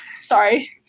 Sorry